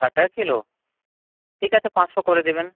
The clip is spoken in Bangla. ষাট টাকা কিলো ঠিক আছে পাঁচশো করে দেবেন